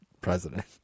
president